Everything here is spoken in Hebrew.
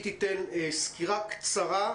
היא תיתן סקירה קצרה,